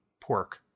pork